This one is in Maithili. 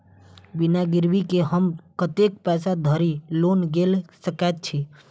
बिना गिरबी केँ हम कतेक पैसा धरि लोन गेल सकैत छी?